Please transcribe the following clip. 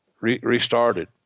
restarted